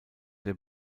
der